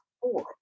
four